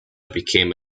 became